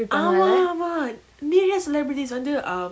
ஆமா ஆமா நெரய:aama aama neraya celebrities வந்து:vanthu um